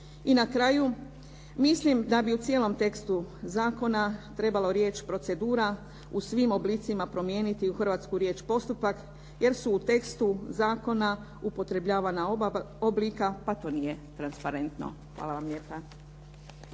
I na kraju mislim da bi u cijelom tekstu zakona trebalo riječ "procedura" u svim oblicima promijeniti u hrvatsku riječ "postupak", jer su u tekstu zakona upotrebljavana oba oblika, pa to nije transparentno. Hvala vam lijepa.